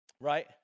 right